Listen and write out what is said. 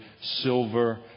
silver